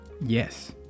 Yes